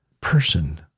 person